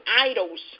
idols